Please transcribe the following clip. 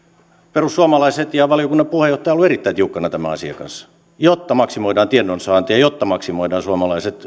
perussuomalaiset ja valiokunnan puheenjohtaja ovat olleet erittäin tiukkana tämän asian kanssa jotta maksimoidaan tiedonsaanti ja jotta maksimoidaan suomalaiset